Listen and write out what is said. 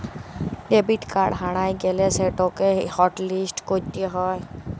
debit card হারাঁয় গ্যালে সেটকে হটলিস্ট ক্যইরতে হ্যয়